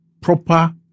proper